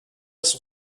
sur